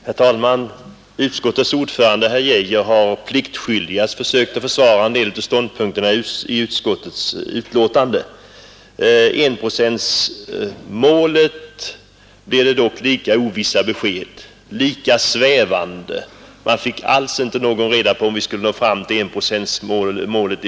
Herr talman! Utskottets ordförande herr Arne Geijer i Stockholm har pliktskyldigast försökt att försvara en del av ståndpunkterna i utskottets betänkande. Om enprocentsmålet blev det dock fortfarande lika ovissa, lika svävande besked. Av herr Geijer fick man alls inte reda på om vi skulle nå fram till enprocentsmålet.